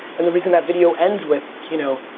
and the reason that video ends with, you know,